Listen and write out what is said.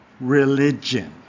religion